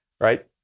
Right